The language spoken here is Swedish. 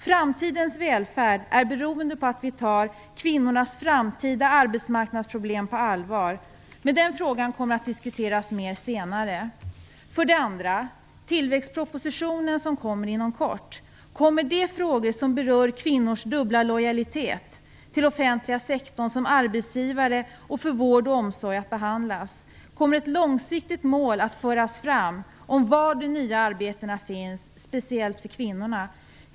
Framtidens välfärd är beroende på om vi tar kvinnornas framtida arbetsmarknadsproblem på allvar. Den frågan kommer att diskuteras mera senare. För det andra: Det gäller tillväxtpropositionen som kommer inom kort. Kommer de frågor som berör kvinnors dubbla lojalitet till offentliga sektorn som arbetsgivare och till vård och omsorg att behandlas? Kommer ett långsiktigt mål att föras fram om var de nya arbetena finns, speciellt för kvinnorna?